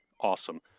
awesome